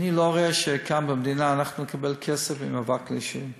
אני לא רואה כאן במדינה שאנחנו נקבל כסף מהמאבק בעישון.